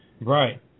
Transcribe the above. Right